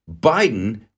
Biden